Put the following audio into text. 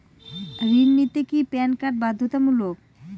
ঋণ নিতে কি প্যান কার্ড বাধ্যতামূলক?